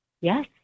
Yes